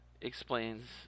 explains